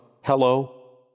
hello